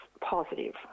positive